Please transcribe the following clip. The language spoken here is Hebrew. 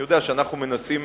אני יודע שאנחנו מנסים